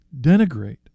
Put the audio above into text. denigrate